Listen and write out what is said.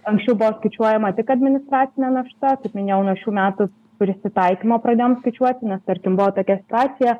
anksčiau buvo skaičiuojama tik administracinė našta kaip minėjau nuo šių metų prisitaikymo pradėjom skaičiuoti nes tarkim buvo tokia situacija